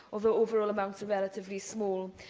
although overall amounts are relatively small.